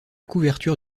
couverture